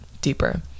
deeper